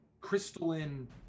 crystalline